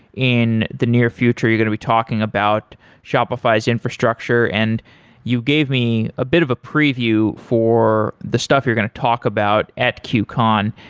in the near future you're going to be talking about shopify's infrastructure and you gave me a bit of a preview for the stuff you're going to talk about at cubecon,